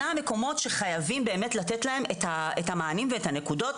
אלו המקומות שחייבים באמת לתת להם את המענים והנקודות